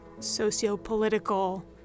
Socio-political